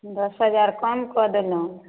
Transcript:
दस हजार कम कऽ देलहुँ